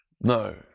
No